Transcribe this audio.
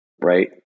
Right